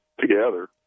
together